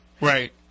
right